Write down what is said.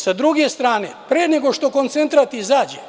Sa druge strane, pre nego što koncentrat izađe,